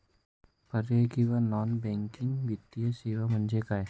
पर्यायी किंवा non banking वित्तीय सेवा म्हणजे काय?